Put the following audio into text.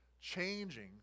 changing